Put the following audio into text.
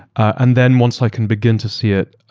and then once i can begin to see it,